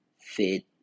fit